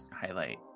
highlight